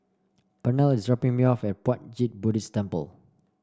pernell is dropping me off at Puat Jit Buddhist Temple